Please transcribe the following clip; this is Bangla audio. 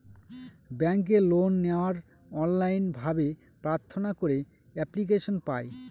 ব্যাঙ্কে লোন নেওয়ার অনলাইন ভাবে প্রার্থনা করে এপ্লিকেশন পায়